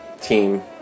team